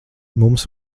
mums